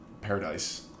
paradise